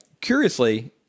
Curiously